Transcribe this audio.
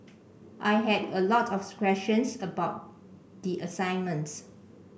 I had a lot of questions about the assignments